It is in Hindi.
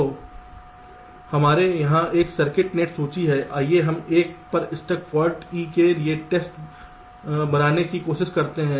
तो हमारे यहां एक सर्किट नेट सूची है आइए हम 1 पर स्टक फाल्ट E के लिए एक टेस्ट बनाने की कोशिश करते हैं